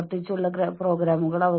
തീർച്ചയായും മുൻഗണന നൽകൽ